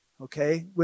Okay